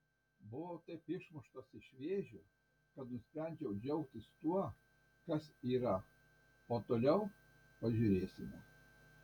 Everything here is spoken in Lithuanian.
buvau taip išmuštas iš vėžių kad nusprendžiau džiaugtis tuo kas yra o toliau pažiūrėsime